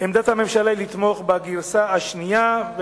עמדת הממשלה היא לתמוך בגרסה השנייה,